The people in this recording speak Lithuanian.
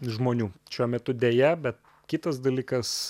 žmonių šiuo metu deja bet kitas dalykas